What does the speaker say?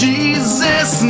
Jesus